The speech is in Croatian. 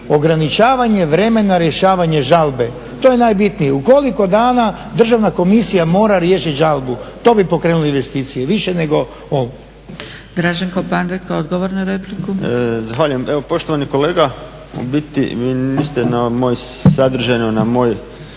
ograničavanje vremena rješavanje žalbe. To je najbitnije. U koliko dana Državna komisija mora riješiti žalbu, to bi pokrenulo investicije, više nego ovo. **Zgrebec, Dragica (SDP)** Draženko Pandek, odgovor na repliku. **Pandek, Draženko (SDP)** Zahvaljujem. Evo poštovani kolega, u biti, vi ste sadržajno na moje